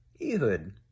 Ehud